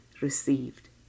received